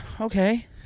okay